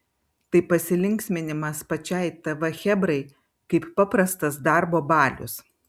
tai pasilinksminimas pačiai tv chebrai kaip paprastas darbo balius